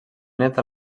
nét